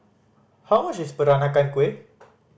how much is Peranakan Kueh